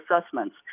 assessments